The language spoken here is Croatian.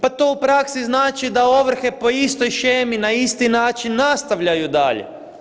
Pa to u praksi znači da ovrhe po istoj shemi, na isti način nastavljaju dalje.